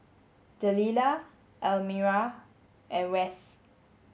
Delila Elmyra and Wes